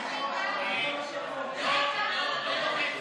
חוק ומשפט